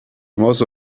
most